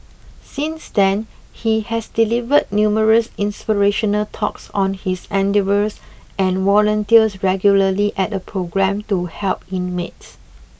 since then he has delivered numerous inspirational talks on his endeavours and volunteers regularly at a programme to help inmates